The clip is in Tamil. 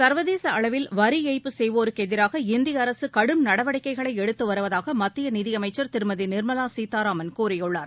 சர்வதேசஅளவில் வரிஏய்ப்பு செய்வோருக்குஎதிராக இந்தியஅரசுகடும் நடவடிக்கைகளைஎடுத்துவருவதாகமத்தியநிதியமைச்சர் திருமதிநிர்மலாசீதாராமன் கூறியுள்ளார்